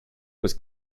was